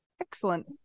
Excellent